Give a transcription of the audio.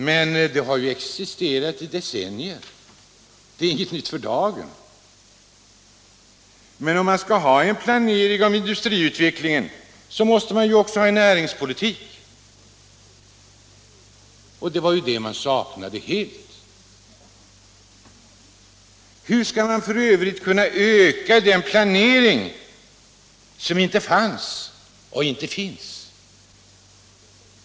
Men det har ju existerat i decennier, det är inget nytt för dagen. Om man skall ha en planering av industriutvecklingen, så måste man också ha en näringspolitik, och det är det man saknade helt. Hur skall man f. ö. kunna öka den planering som inte fanns och inte finns?